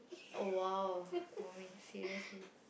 oh !wow! for me seriously